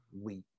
wheat